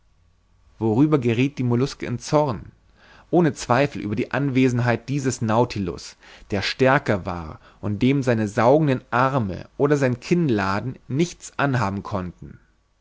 worüber gerieth die molluske in zorn ohne zweifel über die anwesenheit dieses nautilus der stärker war und dem seine saugenden arme oder seine kinnladen nichts anhaben konnten